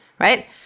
Right